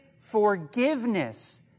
forgiveness